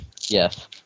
Yes